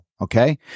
Okay